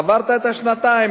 עברת את השנתיים?